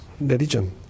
religion